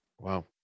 Wow